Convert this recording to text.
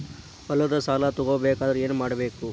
ಹೊಲದ ಸಾಲ ತಗೋಬೇಕಾದ್ರೆ ಏನ್ಮಾಡಬೇಕು?